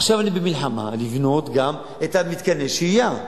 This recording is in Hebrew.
עכשיו אני במלחמה לבנות גם את מתקני השהייה,